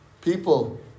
people